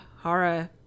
horror